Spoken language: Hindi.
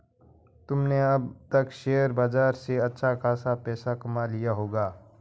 तुमने अब तक शेयर बाजार से अच्छा खासा पैसा कमा लिया होगा